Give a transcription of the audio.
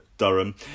Durham